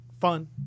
fun